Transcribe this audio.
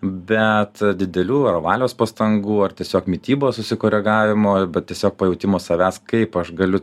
bet didelių ar valios pastangų ar tiesiog mitybos susikoregavimo bet tiesiog pajautimo savęs kaip aš galiu